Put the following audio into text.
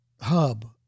hub